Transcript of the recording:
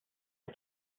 the